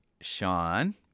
Sean